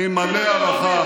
אני מלא הערכה ותודה על כך.